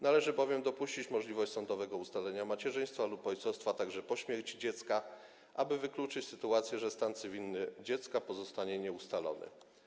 Należy bowiem dopuścić możliwość sądowego ustalenia macierzyństwa lub ojcostwa także po śmierci dziecka, aby wykluczyć sytuację, że stan cywilny dziecka pozostanie nieustalony.